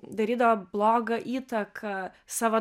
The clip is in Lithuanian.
darydavo blogą įtaką savo